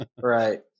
right